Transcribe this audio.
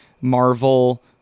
Marvel